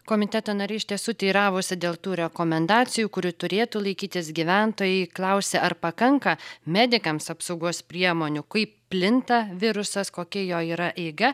komiteto nariai iš tiesų teiravosi dėl tų rekomendacijų kurių turėtų laikytis gyventojai klausė ar pakanka medikams apsaugos priemonių kaip plinta virusas kokia jo yra eiga